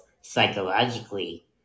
psychologically